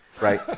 Right